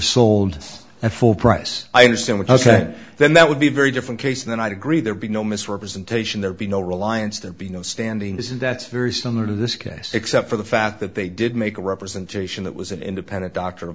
sold at full price i understand what i said then that would be very different case and then i'd agree there be no misrepresentation there be no reliance there being no standing this is that's very similar to this case except for the fact that they did make a representation that was an independent d